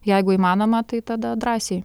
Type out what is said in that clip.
jeigu įmanoma tai tada drąsiai